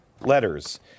letters